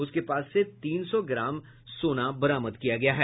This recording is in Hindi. उसके पास से तीन सौ ग्राम सोना बरामद किया गया है